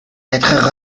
être